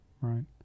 right